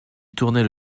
tournaient